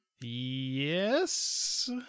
Yes